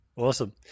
Awesome